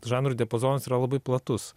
žanrų diapazonas yra labai platus